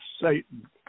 Satan